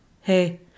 hey